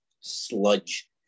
sludge